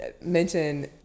mention